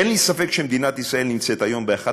אין לי ספק שמדינת ישראל נמצאת היום באחת